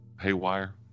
haywire